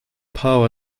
power